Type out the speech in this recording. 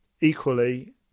equally